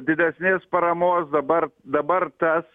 didesnės paramos dabar dabar tas